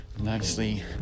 nicely